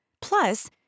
Plus